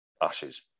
Ashes